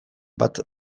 bat